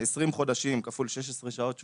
20 חודשים כפול 16 שעות שבועיות,